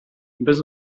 без